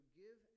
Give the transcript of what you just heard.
give